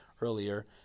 earlier